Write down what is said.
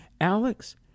Alex